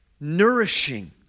nourishing